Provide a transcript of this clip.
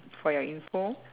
for your info